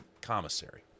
Commissary